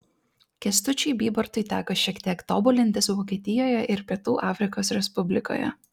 kęstučiui bybartui teko šiek tiek tobulintis vokietijoje ir pietų afrikos respublikoje